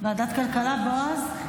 ועדת הכלכלה, בועז?